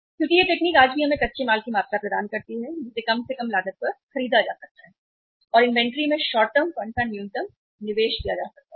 क्योंकि यह तकनीक आज भी हमें कच्चे माल की मात्रा प्रदान करती है जिसे कम से कम लागत पर खरीदा जा सकता है और इन्वेंट्री में शॉर्ट टर्म फंड का न्यूनतम निवेश किया जा सकता है